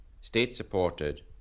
state-supported